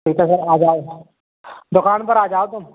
ठीक है सर हम आ जाए दुकान पर आ जाओ तुम